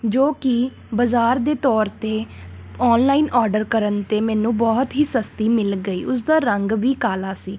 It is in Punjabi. ਜੋ ਕਿ ਬਾਜ਼ਾਰ ਦੇ ਤੌਰ 'ਤੇ ਔਨਲਾਈਨ ਔਡਰ ਕਰਨ 'ਤੇ ਮੈਨੂੰ ਬਹੁਤ ਹੀ ਸਸਤੀ ਮਿਲ ਗਈ ਉਸ ਦਾ ਰੰਗ ਵੀ ਕਾਲਾ ਸੀ